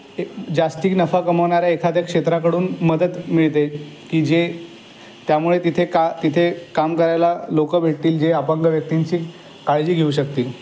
जास्ती नफा कमवणाऱ्या एखाद्या क्षेत्राकडून मदत मिळते की जे त्यामुळे तिथे का तिथे काम करायला लोकं भेटतील जे अपंग व्यक्तींची काळजी घीऊ शकतील